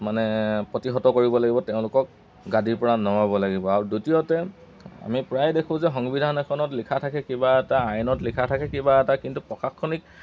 মানে প্ৰতিহত কৰিব লাগিব তেওঁলোকক গাদীৰপৰা নমাব লাগিব আৰু দ্বিতীয়তে আমি প্ৰায় দেখোঁ যে সংবিধান এখনত লিখা থাকে কিবা এটা আইনত লিখা থাকে কিবা এটা কিন্তু প্ৰশাসনিক